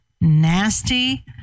nasty